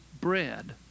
bread